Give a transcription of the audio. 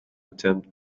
attempt